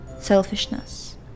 selfishness